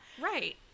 Right